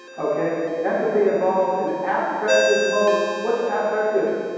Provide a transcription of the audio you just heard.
okay, empathy involves an affective mode. what's affective,